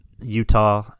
Utah